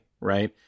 right